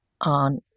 on